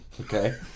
Okay